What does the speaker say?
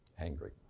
angry